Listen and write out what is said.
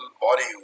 body